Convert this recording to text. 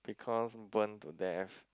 because burn to death